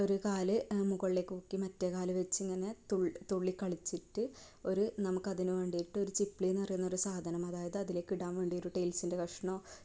ഒരു കാൽ മുകളിലേക്ക് പൊക്കി മറ്റേ കാൽ വെച്ച് ഇങ്ങനെ തുള്ളി തുള്ളി കളിച്ചിട്ട് ഒരു നമുക്ക് അതിനു വേണ്ടിയിട്ട് ഒരു ചിപ്ലി എന്ന് പറയുന്ന ഒരു സാധനം അതായത് അതിലേക്ക് ഇടാൻ വേണ്ടി ഒരു ടൈൽസിന്റെ കഷണമോ